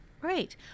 Right